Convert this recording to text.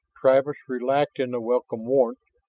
travis relaxed in the welcome warmth,